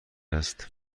است